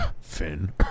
Finn